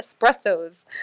espressos